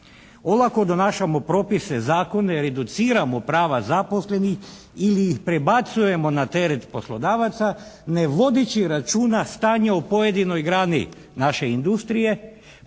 Olako donašamo propise, zakone, reduciramo prava zaposlenih ili ih prebacujemo na teret poslodavaca ne vodeći računa stanje o pojedinoj grani naše industrije